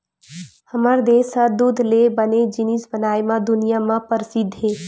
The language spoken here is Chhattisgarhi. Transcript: हमर देस ह दूद ले बने जिनिस बनाए म दुनिया म परसिद्ध हे